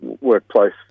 workplace